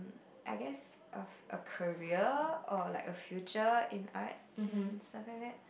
I guess a a career or like a future in art and stuff like that